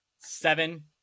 seven